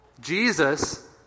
Jesus